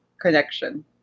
connection